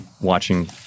watching